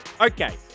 Okay